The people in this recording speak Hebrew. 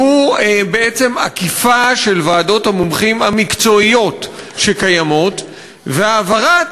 שהוא עקיפה של ועדות המומחים המקצועיות הקיימות והעברת